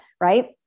right